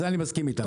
זה אני מסכים איתה.